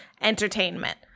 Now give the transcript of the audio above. entertainment